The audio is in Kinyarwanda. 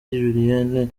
julienne